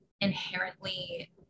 inherently